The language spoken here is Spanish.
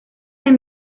san